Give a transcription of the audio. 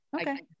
okay